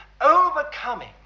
overcoming